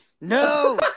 No